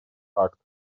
акт